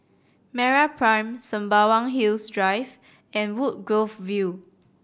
MeraPrime Sembawang Hills Drive and Woodgrove View